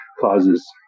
causes